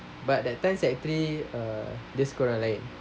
but that time sec three uh dia suka orang lain